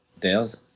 Dales